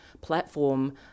platform